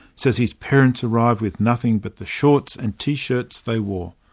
says his parents arrived with nothing but the shorts and t-shirts they wore.